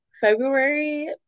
february